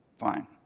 fine